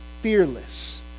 fearless